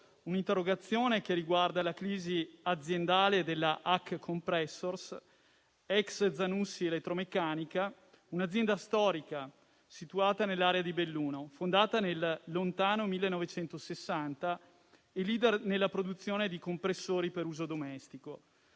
sindacato ispettivo riguarda la crisi aziendale della ACC Compressors, ex Zanussi Elettromeccanica, un'azienda storica situata nell'area di Belluno, fondata nel lontano 1960 e *leader* nella produzione di compressori per uso domestico.